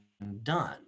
done